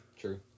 True